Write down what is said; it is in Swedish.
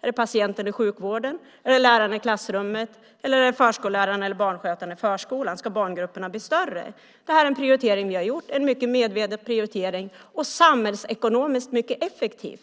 Är det patienten i sjukvården, är det lärarna i klassrummet eller är det förskollärarna eller barnskötarna i förskolan? Ska barngrupperna bli större? Det här är en prioritering vi har gjort, och det är en mycket medveten prioritering som är samhällsekonomiskt mycket effektiv.